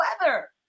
weather